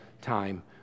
time